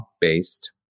based